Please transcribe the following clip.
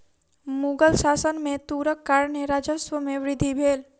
मुग़ल शासन में तूरक कारणेँ राजस्व में वृद्धि भेल